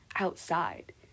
Outside